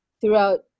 throughout